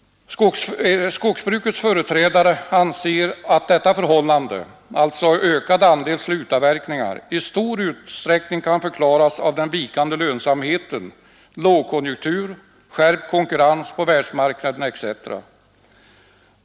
Skogsbrukets företrädare anser att detta förhållande — ökad andel slutavverkningar — i stor utsträckning kan förklaras av den vikande lönsamheten på grund av lågkonjunktur, skärpt konkurrens på världsmarknaden etc.